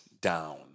down